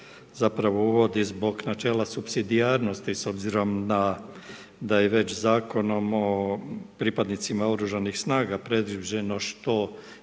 zapravo uvodi zbog načela supsidijarnosti s obzirom da je već Zakonom o pripadnicima OS predviđeno što